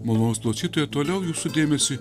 toliau jūsų dėmesiui